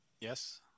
Yes